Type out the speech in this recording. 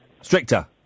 Stricter